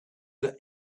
that